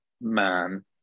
man